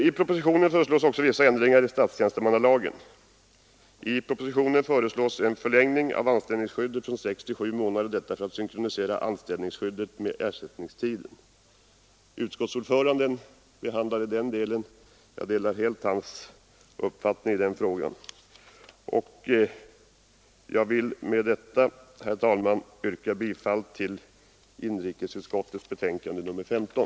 I propositionen föreslås också vissa ändringar i statstjänstemannalagen. Bl. a. föreslås en förlängning av anställningsskyddet från sex till sju månader — detta för att synkronisera anställningsskyddet med ersättningstiden. Utskottsordföranden har behandlat den delen, och jag delar helt hans uppfattning i den frågan. Herr talman! Jag vill med det anförda yrka bifall till inrikesutskottets hemställan i betänkandet nr 15.